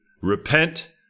Repent